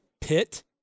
Pitt